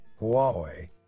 Huawei